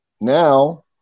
Now